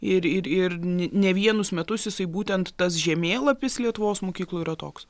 ir ir ir n ne vienus metus jisai būtent tas žemėlapis lietuvos mokyklų yra toks